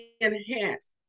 enhance